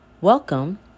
welcome